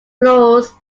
flows